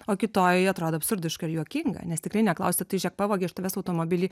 o kitoj atrodo absurdiška ir juokinga nes tikrai neklausia tai žiūrėk pavogė iš tavęs automobilį